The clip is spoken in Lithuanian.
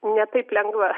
ne taip lengva